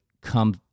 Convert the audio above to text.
come